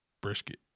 brisket